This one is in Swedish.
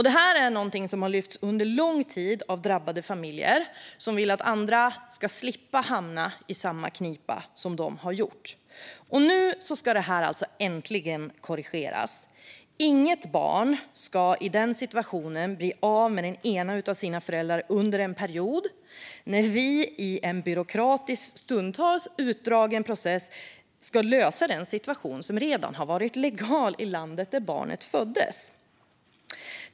Det här är något som under lång tid har lyfts fram av drabbade familjer som vill att andra ska slippa hamna i samma knipa som de. Nu ska det här äntligen korrigeras. Inget barn i den här situationen ska bli av med den ena av sina föräldrar under en period medan vi i en byråkratisk, stundtals utdragen, process ska lösa den situation som redan är legal i landet där barnet föddes.